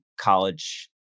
college